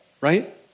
right